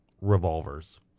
revolvers